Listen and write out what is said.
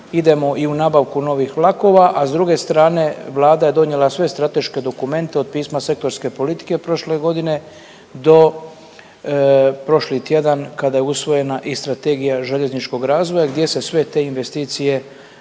idemo i u nabavku novih vlakova, a s druge strane vlada je donijela sve strateške dokumente od pisma sektorske politike prošle godine do prošli tjedan kada je usvojena i Strategija željezničkog razvoja gdje se sve te investicije